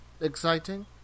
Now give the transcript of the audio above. exciting